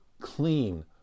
clean